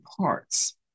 parts